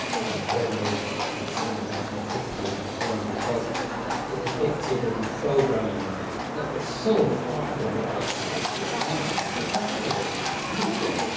i was very, very concerned about and critical of the film because it depicted a deprograming that was so far from reality, it was just nonsense, but that clip is a good one.